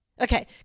Okay